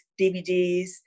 DVDs